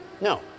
No